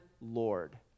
Lord